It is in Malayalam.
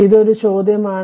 ഇത് ഒരു ചോദ്യമാണ്